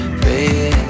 baby